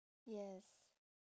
yes